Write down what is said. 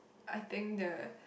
I think the